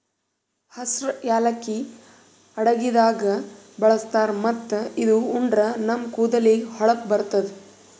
ಹಸ್ರ್ ಯಾಲಕ್ಕಿ ಅಡಗಿದಾಗ್ ಬಳಸ್ತಾರ್ ಮತ್ತ್ ಇದು ಉಂಡ್ರ ನಮ್ ಕೂದಲಿಗ್ ಹೊಳಪ್ ಬರ್ತದ್